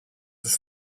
τους